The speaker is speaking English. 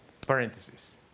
parentheses